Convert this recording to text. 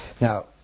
Now